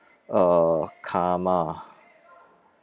uh karma